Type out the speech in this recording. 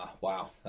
Wow